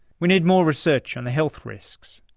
we need more research on the health risks,